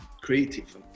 creative